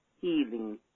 healing